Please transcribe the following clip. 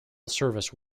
service